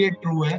true